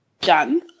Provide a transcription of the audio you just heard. done